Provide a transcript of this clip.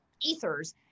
ethers